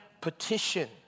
petition